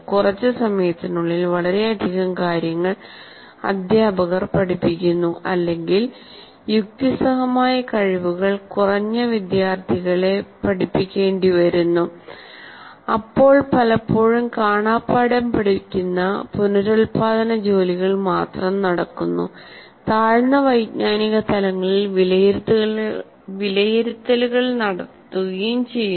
കുറച്ച് സമയത്തിനുള്ളിൽ വളരെയധികം കാര്യങ്ങൾ അധ്യാപകർ പഠിപ്പിക്കുന്നു അല്ലെങ്കിൽ യുക്തിസഹമായ കഴിവുകൾ കുറഞ്ഞ വിദ്യാർത്ഥികളെ പഠിപ്പിക്കേണ്ടി വരുന്നുഅപ്പോൾ പലപ്പോഴും കാണാപ്പാഠം പഠിക്കുന്ന പുനരുൽപാദന ജോലികൾ മാത്രം നടക്കുന്നു താഴ്ന്ന വൈജ്ഞാനിക തലങ്ങളിൽ വിലയിരുത്തലുകൾ നടത്തുകയും ചെയ്യുന്നു